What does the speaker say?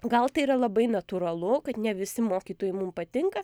gal tai yra labai natūralu kad ne visi mokytojai mum patinka